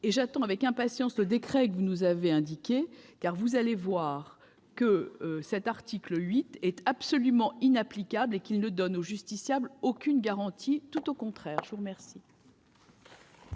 et j'attends avec impatience le décret que vous avez évoqué : vous verrez que cet article 8 est absolument inapplicable et qu'il ne donne aux justiciables aucune garantie, au contraire. La parole